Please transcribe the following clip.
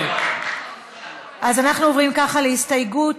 אנחנו עוברים להסתייגות